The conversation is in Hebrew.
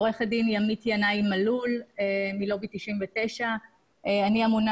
אני עורכת דין ימית ינאי מלול מלובי 99. אני אמונה